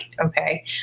Okay